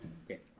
okay.